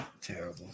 Terrible